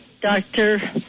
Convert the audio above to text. Doctor